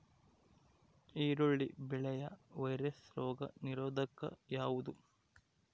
ಈರುಳ್ಳಿ ಬೆಳೆಯ ವೈರಸ್ ರೋಗ ನಿರೋಧಕ ಯಾವುದು?